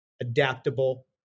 adaptable